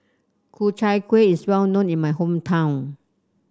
Ku Chai Kuih is well known in my hometown